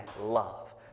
love